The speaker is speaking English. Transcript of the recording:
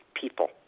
people